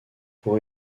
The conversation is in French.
pour